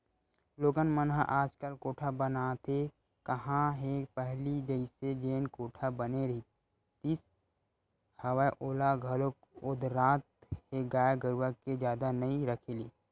लोगन मन ह आजकल कोठा बनाते काँहा हे पहिली जइसे जेन कोठा बने रिहिस हवय ओला घलोक ओदरात हे गाय गरुवा के जादा नइ रखे ले